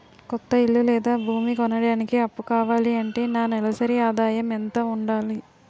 కొత్త ఇల్లు లేదా భూమి కొనడానికి అప్పు కావాలి అంటే నా నెలసరి ఆదాయం ఎంత ఉండాలి?